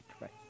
right